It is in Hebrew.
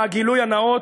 גילוי נאות,